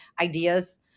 ideas